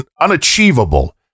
unachievable